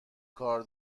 کار